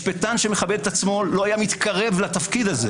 משפטן שמכבד עצמו לא היה מתקרב לתפקיד הזה.